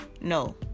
no